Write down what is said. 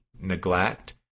neglect